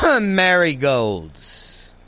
Marigolds